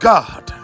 God